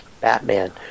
Batman